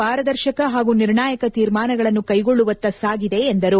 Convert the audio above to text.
ಪಾರದರ್ಶಕ ಹಾಗೂ ನಿರ್ಣಾಯಕ ತೀರ್ಮಾನಗಳನ್ನು ಕೈಗೊಳ್ಲುವತ್ತ ಸಾಗಿದೆ ಎಂದರು